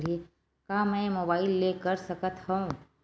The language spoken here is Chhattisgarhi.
का मै मोबाइल ले कर सकत हव?